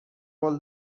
قول